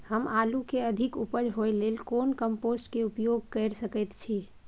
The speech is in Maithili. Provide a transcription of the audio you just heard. हम आलू के अधिक उपज होय लेल कोन कम्पोस्ट के उपयोग कैर सकेत छी?